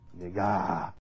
Nigga